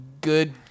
good